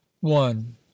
one